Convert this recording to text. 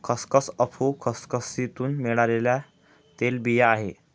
खसखस अफू खसखसीतुन मिळालेल्या तेलबिया आहे